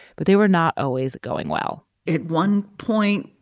but they were not always going well at one point,